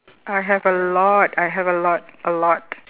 I have a lot I have a lot a lot